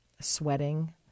sweating